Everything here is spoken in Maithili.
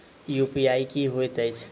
यु.पी.आई की होइत अछि